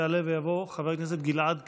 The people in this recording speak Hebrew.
יעלה ויבוא חבר הכנסת גלעד קריב,